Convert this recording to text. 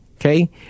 Okay